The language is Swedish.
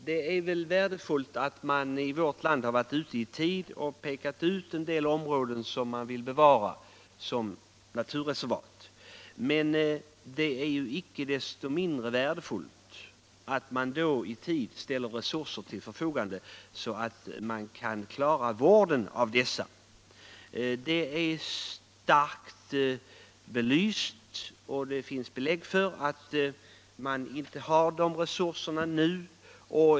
Det är väl värdefullt att man i vårt land varit ute i tid och pekat ut en del områden som vi vill bevara som naturreservat. Icke desto mindre är det värdefullt om man i tid ställer resurser till förfogande så att man kan klara vården av dessa reservat. Det finns starka belägg för att man inte har dessa resurser nu.